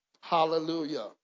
Hallelujah